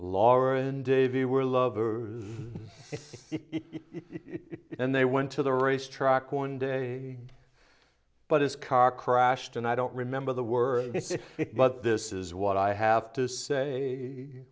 lauren day they were lovers in it and they went to the racetrack one day but his car crashed and i don't remember the words but this is what i have to say